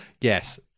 yes